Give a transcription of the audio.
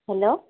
hello